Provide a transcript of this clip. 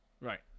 Right